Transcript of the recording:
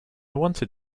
wanted